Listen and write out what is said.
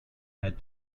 had